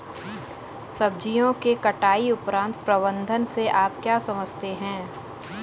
सब्जियों के कटाई उपरांत प्रबंधन से आप क्या समझते हैं?